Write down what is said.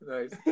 Nice